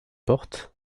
porte